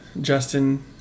Justin